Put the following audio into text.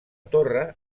torre